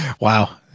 Wow